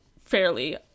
fairly